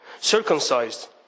circumcised